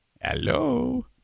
Hello